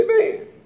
Amen